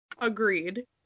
Agreed